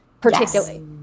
particularly